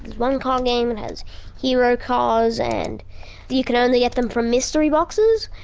one car game, it has hero cars and you can only get them from mystery boxes.